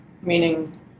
Meaning